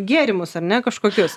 gėrimus ar ne kažkokius